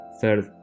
third